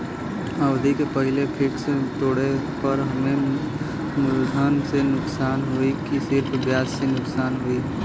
अवधि के पहिले फिक्स तोड़ले पर हम्मे मुलधन से नुकसान होयी की सिर्फ ब्याज से नुकसान होयी?